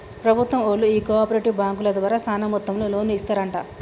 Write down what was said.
ప్రభుత్వం బళ్ళు ఈ కో ఆపరేటివ్ బాంకుల ద్వారా సాన మొత్తంలో లోన్లు ఇస్తరంట